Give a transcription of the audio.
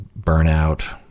burnout